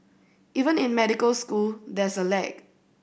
even in medical school there's a lag